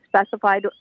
specified